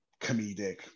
comedic